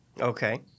okay